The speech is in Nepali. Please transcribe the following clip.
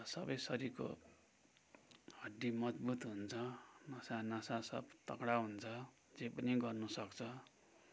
र सबै शरीरको हड्डी मजबुत हुन्छ नसा नसा सब तगडा हुन्छ जे पनि गर्नुसक्छ